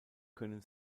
können